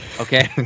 okay